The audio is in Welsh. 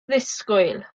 ddisgwyl